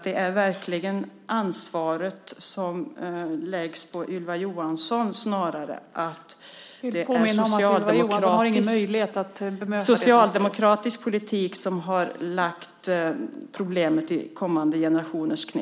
Det är alltså snarare Ylva Johansson och socialdemokratisk politik som har lagt det problemet i kommande generationers knä.